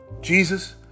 Jesus